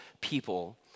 people